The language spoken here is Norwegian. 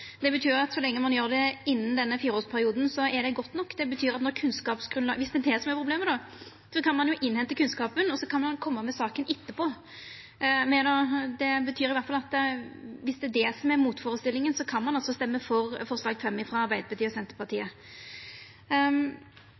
Det betyr at så lenge ein gjer det innan denne fireårsperioden, er det godt nok. Om det er det som er problemet, kan ein innhenta kunnskap og koma med saka etterpå. Det betyr i alle fall at om det er det som er motførestellinga, kan ein stemma for forslag nr. 5, frå Arbeidarpartiet og Senterpartiet.